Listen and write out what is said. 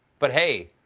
but, hey,